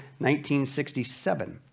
1967